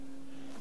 אדוני היושב-ראש,